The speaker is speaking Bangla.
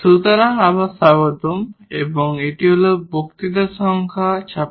সুতরাং আবার স্বাগতম এবং এটি হল বক্তৃতা সংখ্যা 56